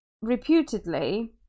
reputedly